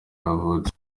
yavutse